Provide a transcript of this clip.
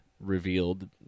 revealed